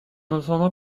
entendant